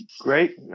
Great